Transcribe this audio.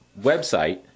website